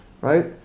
right